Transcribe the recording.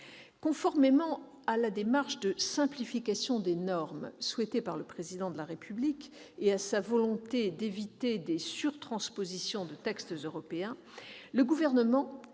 Conformément à la démarche de simplification des normes souhaitée par le Président de la République et à sa volonté d'éviter la surtransposition de textes européens, le Gouvernement a fait